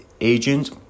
Agent